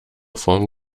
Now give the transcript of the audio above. form